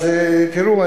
אז תראו,